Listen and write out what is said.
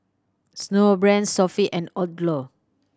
Snowbrand Sofy and Odlo